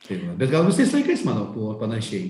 tai va bet gal visais laikais manau buvo panašiai